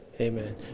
Amen